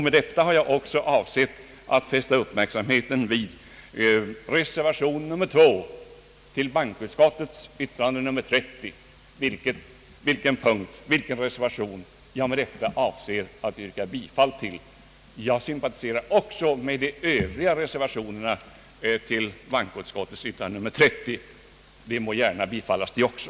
Med detta har jag också avsett att fästa uppmärksamheten vid reservation nr 2 till bankoutskottets utlåtande nr 30, vilken reservation jag med detta avser att yrka bifall till. Jag sympatiserar också med de övriga reservationerna till bankoutskottets utlåtande nr 30. De må gärna bifallas de också.